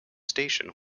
station